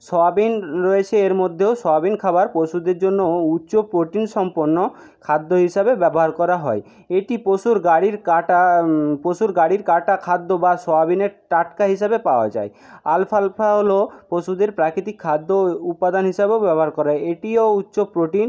soybean রয়েছে এর মধ্যেও সয়াবিন খাবার পশুদের জন্য উচ্চ প্রোটিন সম্পন্ন খাদ্য হিসাবে ব্যবহার করা হয় এটি পশুর গাড়ির কাঁটা পশুর গাড়ির কাঁটা খাদ্য বা সয়াবিনের টাটকা হিসাবে পাওয়া যায় আলফা আলফা হল পশুদের প্রাকিতিক খাদ্য ও উপাদান হিসাবেও ব্যবহার করা হয় এটিও উচ্চ প্রোটিন